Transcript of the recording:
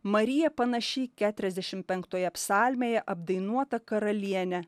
marija panaši į keturiasdešim penktoje psalmėje apdainuotą karalienę